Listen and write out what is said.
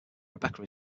rebecca